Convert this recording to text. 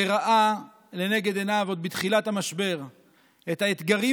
שראה לנגד עיניו עוד בתחילת המשבר את האתגרים